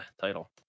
title